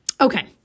Okay